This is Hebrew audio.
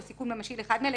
או סיכון ממשי לאחד מאלה".